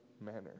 manner